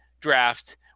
draft